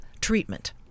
treatment